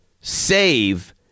Save